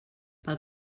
pel